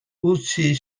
utzi